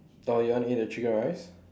oh you want to eat the chicken rice